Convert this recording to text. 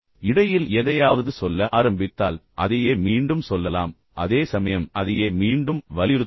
இடையில் எதையாவது சொல்ல ஆரம்பித்தால் அதையே மீண்டும் சொல்லலாம் அதே சமயம் அதையே மீண்டும் வலியுறுத்தலாம்